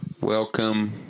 Welcome